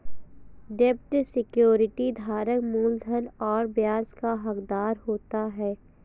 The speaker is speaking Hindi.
डेब्ट सिक्योरिटी धारक मूलधन और ब्याज का हक़दार होता है